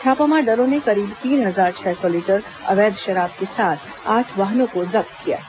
छापामार दलों ने करीब तीन हजार छह सौ लीटर अवैध शराब के साथ आठ वाहनों को जब्त किया है